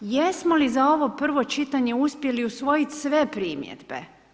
Jesmo li za ovo prvo čitanje uspjeli usvojiti sve primjedbe?